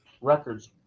records